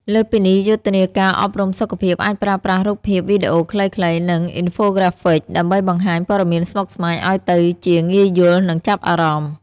លើសពីនេះ យុទ្ធនាការអប់រំសុខភាពអាចប្រើប្រាស់រូបភាព វីដេអូខ្លីៗ និង Infographics ដើម្បីបង្ហាញព័ត៌មានស្មុគស្មាញឲ្យទៅជាងាយយល់និងចាប់អារម្មណ៍។